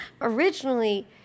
Originally